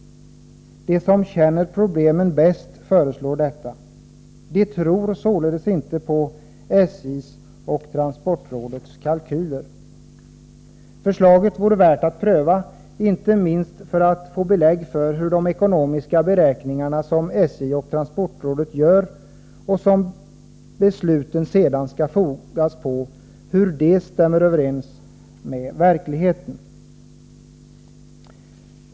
De som känner till problemen bäst föreslår detta. De tror således inte på SJ:s och transportrådets kalkyler. Förslaget vore värt att pröva, inte minst för att få belägg för hur de ekonomiska beräkningar som SJ och transportrådet gör och som besluten sedan skall grunda sig på stämmer överens med verkligheten.